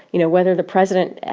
you know, whether the president,